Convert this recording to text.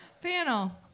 panel